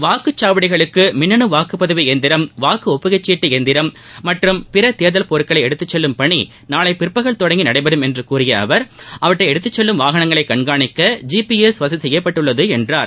வாக்குச்சாவடிகளுக்கு மின்னனு வாக்குப்பதிவு இயந்திரம் வாக்கு ஒப்புகைச்சீட்டு இயந்திரம் மற்றும் பிற தேர்தல் பொருட்களை எடுத்து செல்லும் பணி நாளை பிற்பகல் தொடங்கி நடைபெறும் என்று கூறிய அவர் அவற்றை எடுத்துச்செல்லும் வாகனங்களைக் கண்காணிக்க இ பி எஸ் வசதி செய்யப்பட்டுள்ளது என்றார்